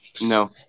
No